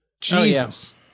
Jesus